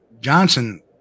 johnson